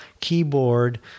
keyboard